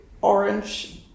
orange